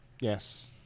Yes